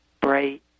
bright